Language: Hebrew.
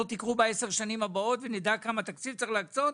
אתה שואל כמה אסונות יקרו בעשר השנים הבאות כדי שנדע איזה תקציב להקצות?